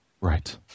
Right